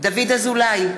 דוד אזולאי,